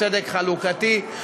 צדק חלוקתי,